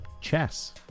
chess